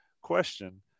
question